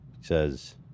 says